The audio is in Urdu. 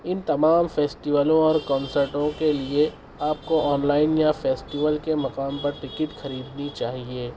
ان تمام فیسٹولوں اور کنسرٹوں کے لیے آپ کو آن لائن یا فیسٹول کے مقام پر ٹکٹ خریدنی چاہیے